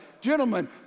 Gentlemen